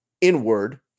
inward